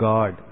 God